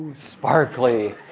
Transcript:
sparkly.